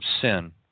sin